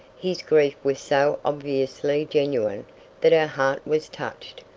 his grief was so obviously genuine that her heart was touched,